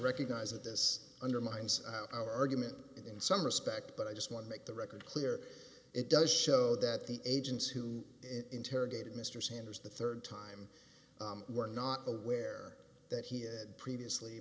recognize that this undermines our argument in some respect but i just want to make the record clear it does show that the agents who interrogated mr sanders the rd time were not aware that he had previously